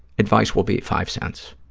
advice will be at five cents.